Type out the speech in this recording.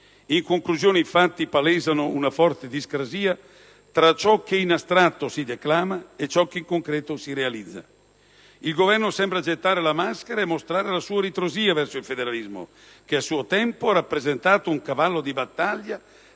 In conclusione, i fatti palesano una forte discrasia tra ciò che in astratto si declama e ciò che in concreto si realizza. Il Governo sembra gettare la maschera e mostrare la sua ritrosia verso il federalismo che, a suo tempo, ha rappresentato un cavallo di battaglia